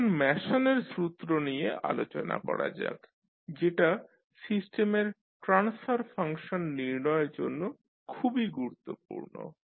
এখন ম্যাসনের সূত্র নিয়ে আলোচনা করা যাক যেটা সিস্টেমের ট্রান্সফর্ম ফাংশন নির্ণয়ের জন্য খুবই গুরুত্বপূর্ণ